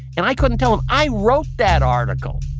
and i couldn't tell him, i wrote that article